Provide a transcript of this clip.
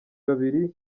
babiri